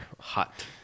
Hot